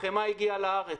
החמאה הגיעה לארץ.